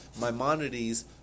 Maimonides